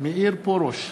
מאיר פרוש,